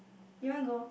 you want go